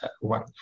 one